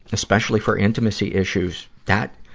especially for intimacy issues. that,